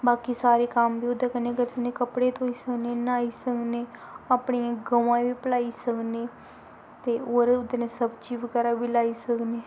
बाकी सारे कम्म बी ओह्दे कन्नै करी सकने कपड़े धोई सकने न्हाई सकने अपनी गवां गी बी पलैई सकने ते होर ओह्दे नै सब्जी बगैरा बी लाई सकने